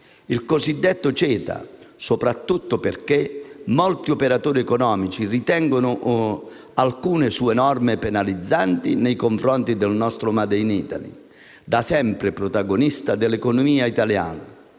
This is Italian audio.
il cosiddetto CETA, soprattutto perché molti operatori economici ritengono alcune sue norme penalizzanti nei confronti del nostro *made in Italy*, da sempre protagonista dell'economia italiana.